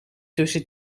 tussen